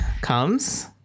comes